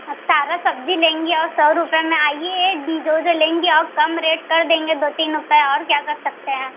अब सारा सब्ज़ी लेंगे और सौ रुपये में आइए एक जो जो लेंगे और कम रेट कर देंगे दो तीन रुपये और क्या कर सकते हैं